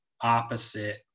opposite